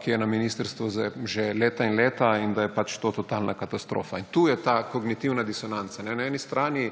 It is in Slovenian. ki je na ministrstvu že leta in leta in da je pač to totalna katastrofa. In tu je ta kognitivna disonanca. Na eni strani,